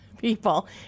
people